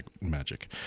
magic